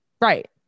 Right